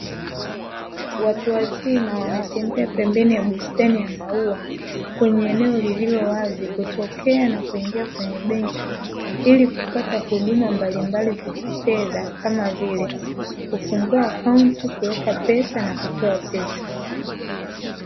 Watu wazima wanatembea pembeni ya bustani ya maua kwenye eneo lililowazi kutokea na kuingia kwenye benki, ili kupata huduma mbalimbali za kifedha kama vile kufungua akaunti, kuweka pesa na kutoa pesa.